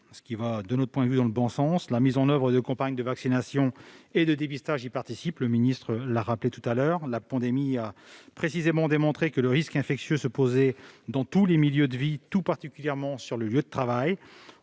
ce qui, de notre point de vue, va dans le bon sens. La mise en oeuvre de campagnes de vaccination et de dépistage y participe, comme l'a rappelé M. le secrétaire d'État. La pandémie a démontré que le risque infectieux se posait dans tous les milieux de vie, tout particulièrement sur le lieu de travail.